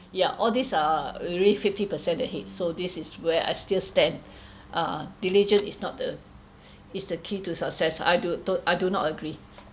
okay ya all these are already fifty percent ahead so this is where I still stand uh diligence is not the is the key to success I do don't I do not agree